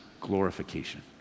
glorification